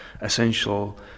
essential